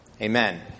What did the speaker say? Amen